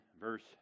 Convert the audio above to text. verse